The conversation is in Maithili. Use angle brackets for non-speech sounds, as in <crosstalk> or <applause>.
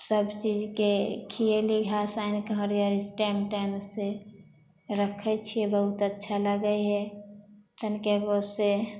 सब चीजके खीएली घास आनिके हरयरी टाइम टाइम से रखै छियै बहुत अच्छा लगै हइ <unintelligible>